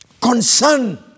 concern